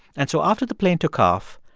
and so after the plane took off,